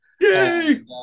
Yay